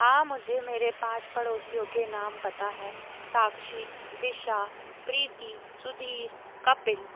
हाँ मुझे मेरे पाँच पड़ोसियों के नाम पता हैं साक्षी दिशा प्रीति सुधीर कपिल